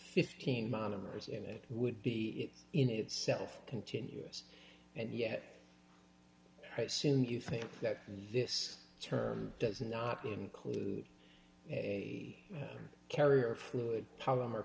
fifteen monomers in it would be in itself continuous and yet i assume you think that this term does not include a carrier fluid polymer